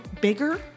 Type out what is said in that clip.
bigger